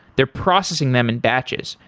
they're processing them in batches.